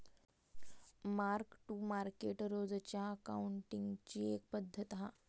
mark to market रोजच्या अकाउंटींगची एक पद्धत हा